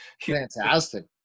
Fantastic